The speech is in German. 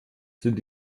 sind